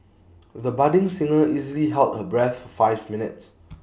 the budding singer easily held her breath for five minutes